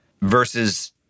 versus